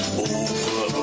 over